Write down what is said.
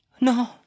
No